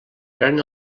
pren